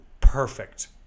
perfect